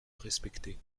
respecté